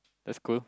that's cool